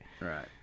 Right